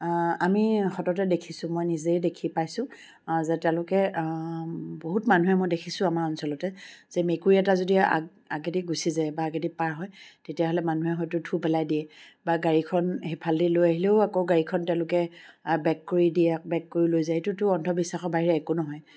আমি সততে দেখিছো মই নিজে দেখি পাইছো যে তেওঁলোকে বহুত মানুহে মই দেখিছো আমাৰ অঞ্চলতে যে মেকুৰী এটা যদি আগ আগেদি গুচি যায় বা আগেদি পাৰ হয় তেতিয়াহ'লে মানুহে হয়তো থু পেলাই দিয়ে বা গাড়ীখন সেইফালে দি লৈ আহিলেও আকৌ গাড়ীখন তেওঁলোকে বেক কৰি দিয়ে বেক কৰি লৈ যায় সেইটোতো অন্ধবিশ্বাসৰ বাহিৰে একো নহয়